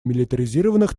милитаризированных